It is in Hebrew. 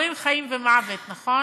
אומרים "חיים ומוות", נכון?